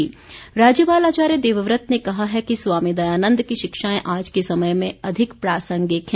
राज्यपाल राज्यपाल आचार्य देवव्रत ने कहा है कि स्वामी दयानन्द की शिक्षाएं आज के समय में अधिक प्रासंगिक हैं